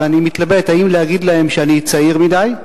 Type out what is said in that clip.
ואני מתלבט אם להגיד להם שאני צעיר מדי,